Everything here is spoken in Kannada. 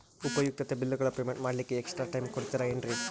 ಉಪಯುಕ್ತತೆ ಬಿಲ್ಲುಗಳ ಪೇಮೆಂಟ್ ಮಾಡ್ಲಿಕ್ಕೆ ಎಕ್ಸ್ಟ್ರಾ ಟೈಮ್ ಕೊಡ್ತೇರಾ ಏನ್ರಿ?